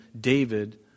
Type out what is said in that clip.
David